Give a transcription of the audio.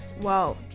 Wow